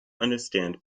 understand